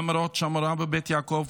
למרות שהמורה בבית יעקב